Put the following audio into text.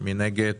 מי נגד?